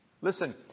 Listen